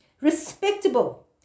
respectable